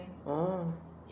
orh